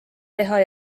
teha